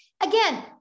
again